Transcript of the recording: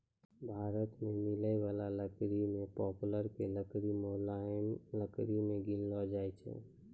भारत मॅ मिलै वाला लकड़ी मॅ पॉपुलर के लकड़ी मुलायम लकड़ी मॅ गिनलो जाय छै